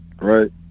right